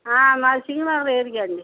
మాది సింగ్ నగర్ ఏరియా అండి